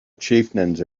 chieftains